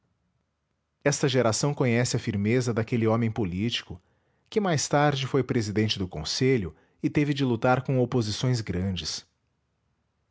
esta geração conhece a firmeza daquele homem político que mais tarde foi presidente do conselho e teve de lutar com oposições grandes